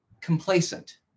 complacent